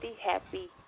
happy